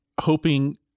hoping